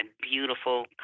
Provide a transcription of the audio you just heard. beautiful